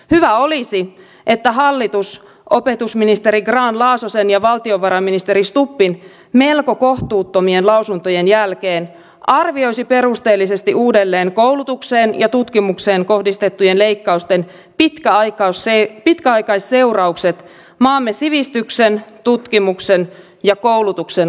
hyvä olisi että hallitus opetusministeri grahn laasosen ja valtiovarainministeri stubbin melko kohtuuttomien lausuntojen jälkeen arvioisi perusteellisesti uudelleen koulutukseen ja tutkimukseen kohdistettujen leikkausten pitkäaikaisseuraukset maamme sivistyksen tutkimuksen ja koulutuksen laatuun